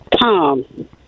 Tom